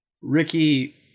Ricky